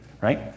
right